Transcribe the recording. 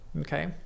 Okay